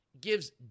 gives